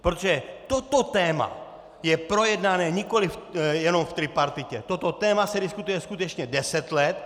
Protože toto téma je projednané nikoliv jenom v tripartitě, toto téma se diskutuje skutečně deset let.